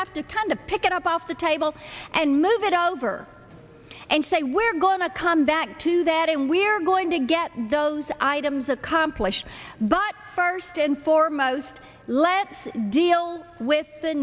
have to kind of pick it up off the table and move it over and say we're going to come back to that and we're going to get those items accomplished but first and foremost let's deal with the